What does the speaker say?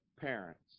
parents